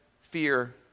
fear